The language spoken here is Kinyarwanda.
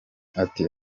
ati